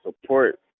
support